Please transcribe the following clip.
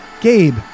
Gabe